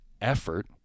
effort